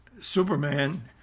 Superman